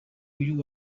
uyu